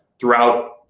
throughout